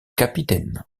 capitaine